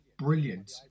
brilliant